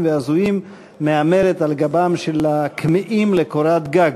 והזויים מהמרת על גבם של הכמהים לקורת-גג,